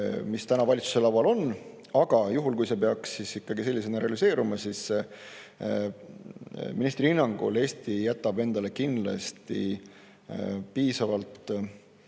mis valitsuse laual on, aga juhul, kui see peaks sellisena realiseeruma, siis ministri hinnangul Eesti jätab endale kindlasti piisavalt